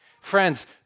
Friends